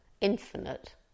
infinite